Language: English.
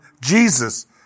Jesus